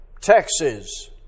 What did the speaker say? Texas